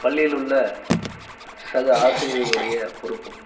பள்ளியிலுள்ள சக ஆசிரியர்களுடைய பொறுப்பு